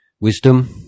wisdom